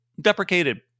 deprecated